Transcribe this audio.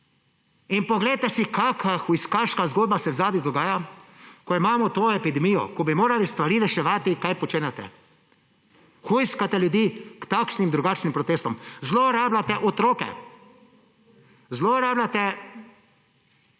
Poglejte si, kaka hujskaška zgodba se odzadaj dogaja, ko imamo to epidemijo, ko bi morali stvari reševati – kaj počenjate? Hujskate ljudi k takšnim in drugačnim protestom. Zlorabljate otroke. Zlorabljate